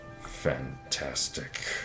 Fantastic